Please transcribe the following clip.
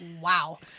Wow